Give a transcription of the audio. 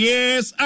Yes